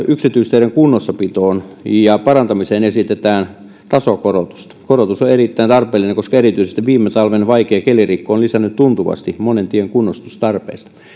yksityisteiden kunnossapitoon ja parantamiseen esitetään tasokorotusta korotus on erittäin tarpeellinen koska erityisesti viime talven vaikea kelirikko on lisännyt tuntuvasti monen tien kunnostustarpeita